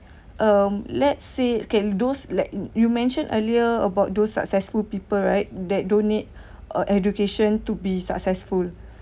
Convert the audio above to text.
um let's say can those let you you mentioned earlier about those successful people right that donate uh education to be successful